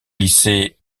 lycée